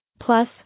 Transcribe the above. Plus